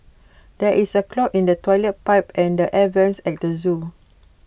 there is A clog in the Toilet Pipe and the air Vents at the Zoo